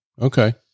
Okay